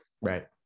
right